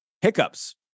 hiccups